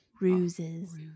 Ruses